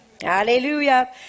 Hallelujah